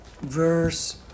Verse